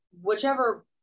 whichever